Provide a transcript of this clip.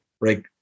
Right